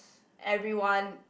everyone